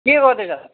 के गर्दैछस्